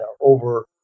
over